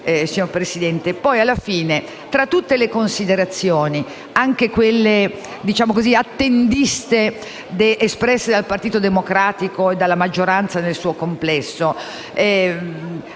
tramite, signor Presidente,